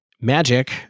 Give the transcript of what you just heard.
Magic